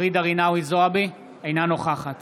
אינה נוכחת